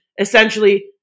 essentially